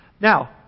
Now